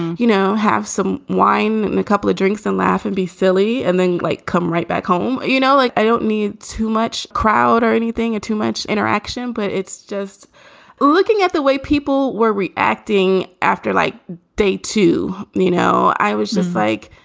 you know, have some wine, and a couple of drinks and laugh and be silly and then like, come right back home. you know, like, i don't need too much crowd or anything. too much interaction. but it's just looking at the way people were reacting after like day to me, you know, i was just like,